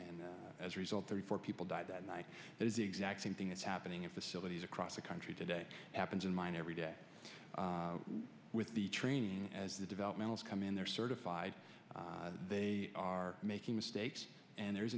and as a result thirty four people died that night is the exact same thing is happening in facilities across the country today happens in mine every day with the training as the developmental come in they're certified they are making mistakes and there is